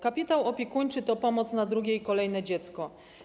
Kapitał opiekuńczy to pomoc na drugie i kolejne dziecko.